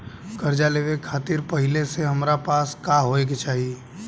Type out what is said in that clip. कर्जा लेवे खातिर पहिले से हमरा पास का होए के चाही?